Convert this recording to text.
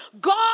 God